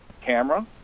camera